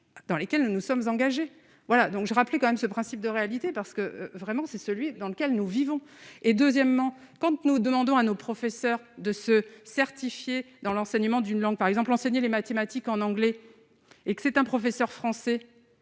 dans lesquelles nous sommes engagés, voilà donc je rappeler quand même ce principe de réalité, parce que vraiment c'est celui dans lequel nous vivons et deuxièmement quand nous demandons à nos. Professeur de ce certifiés dans l'enseignement d'une langue par exemple enseigner les mathématiques en anglais, et que c'est un professeur français,